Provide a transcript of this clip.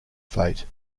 fate